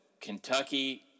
Kentucky